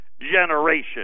generation